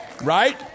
Right